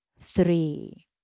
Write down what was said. Three